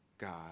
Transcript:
God